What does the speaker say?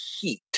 heat